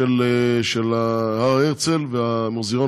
שלא יהיה רשום מה התקציב,